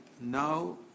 Now